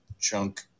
chunk